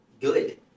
Good